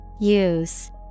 Use